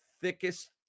thickest